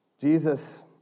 Jesus